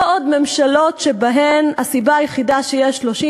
לא עוד ממשלות שבהן הסיבה היחידה לכך שיש 30